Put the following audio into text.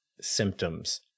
symptoms